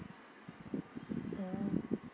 mm